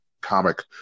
comic